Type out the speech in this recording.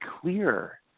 clear